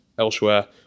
Elsewhere